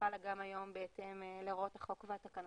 שחלה גם היום בהתאם להוראות החוק והתקנות.